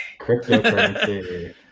Cryptocurrency